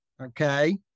Okay